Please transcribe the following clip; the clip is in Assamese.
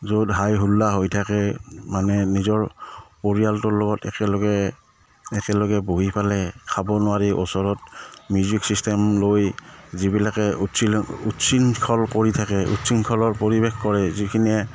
য'ত হাই হোল্লা হৈ থাকে মানে নিজৰ পৰিয়ালটোৰ লগত একেলগে একেলগে বহি পেলাই খাব নোৱাৰি ওচৰত মিউজিক ছিষ্টেম লৈ যিবিলাকে উচ্ছৃঙ্খল কৰি থাকে উচ্ছৃঙ্খলৰ পৰিৱেশ কৰে যিখিনিয়ে